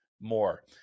more